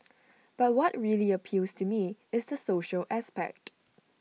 but what really appeals to me is the social aspect